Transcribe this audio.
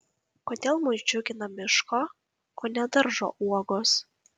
kodėl mus džiugina miško o ne daržo uogos